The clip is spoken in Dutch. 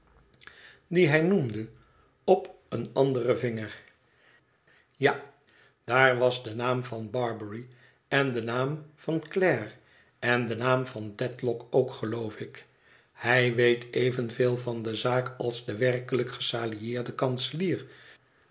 dien hij noemde op een anderen vinger ja daar was de naam van barbary en de naam van clare en de naam van dedlock ook geloof ik hij weet evenveel van de zaak als de werkelijk gesalarieerde kanselier